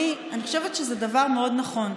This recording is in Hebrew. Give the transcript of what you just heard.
אני חושבת שזה דבר מאוד נכון,